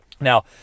Now